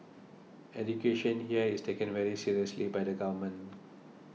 education here is taken very seriously by the government